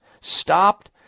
stopped